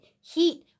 heat